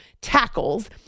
tackles